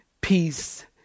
peace